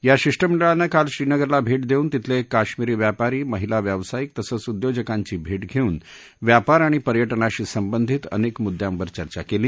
या शिष्टमंडळानं काल श्रीनगरला भेट देऊन तिथले काश्मीरी व्यापारी महिला व्यावसायिक तसंच उद्योजकांची भेट घेउन व्यापार आणि पर्यटनाशी संबंधित अनेक मुद्द्यांवर चर्चा केली